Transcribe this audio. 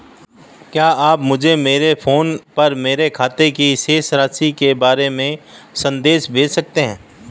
क्या आप मुझे मेरे फ़ोन पर मेरे खाते की शेष राशि के बारे में संदेश भेज सकते हैं?